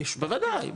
בוודאי,